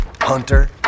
Hunter